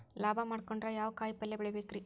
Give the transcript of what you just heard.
ಲಾಭ ಮಾಡಕೊಂಡ್ರ ಯಾವ ಕಾಯಿಪಲ್ಯ ಬೆಳಿಬೇಕ್ರೇ?